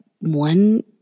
one